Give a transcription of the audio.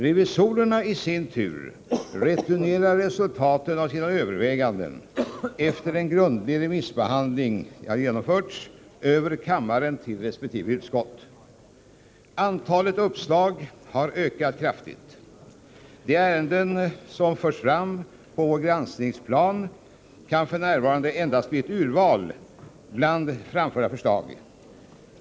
Revisorerna i sin tur returnerar resultatet av sina överväganden, efter det att en grundlig remissbehandling genomförts, över kammaren till resp. sakutskott. Antalet uppslag har ökat kraftigt. De ärenden som förs fram på vår granskningsplan kan f. n. endast bli ett urval bland framförda förslag.